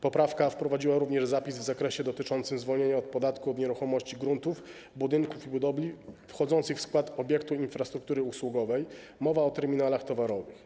Poprawka wprowadziła również zapis w zakresie dotyczącym zwolnienia od podatku od nieruchomości gruntów, budynków i budowli wchodzących w skład obiektu infrastruktury usługowej, mowa o terminalach towarowych.